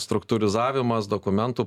struktūrizavimas dokumentų